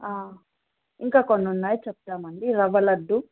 ఇంకా కొన్నిన్నాయ చెప్తానండి రవ్వలడ్డు